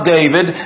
David